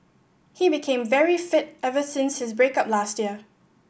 he became very fit ever since his break up last year